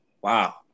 Wow